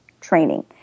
training